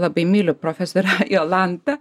labai myliu profesorę jolantą